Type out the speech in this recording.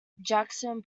jackson